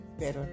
better